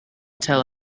tell